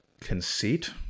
conceit